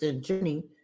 journey